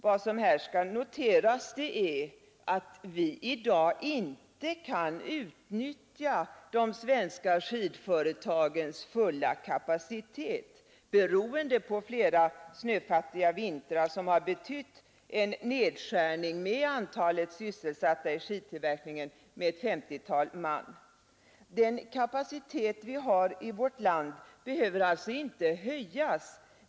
Vad som här skall noteras är att vi i dag inte kan utnyttja de svenska skidföretagens fulla kapacitet, beroende på flera snöfattiga vintrar, som har betytt en nedskärning av antalet sysselsatta i skidtillverkningen med ett 50-tal man. Skidföretagen har nu stora lager. Den kapacitet vi har i vårt land behöver alltså inte höjas.